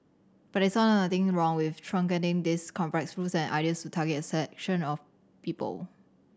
but they saw nothing wrong with truncating these complex rules and ideas to target a section of people